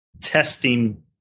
testing